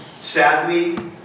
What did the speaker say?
Sadly